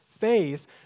face